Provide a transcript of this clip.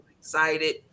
excited